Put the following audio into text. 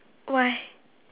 why